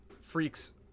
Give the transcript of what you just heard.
freaks